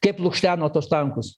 kaip lukšteno tuos tankus